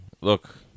Look